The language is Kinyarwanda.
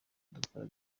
dukora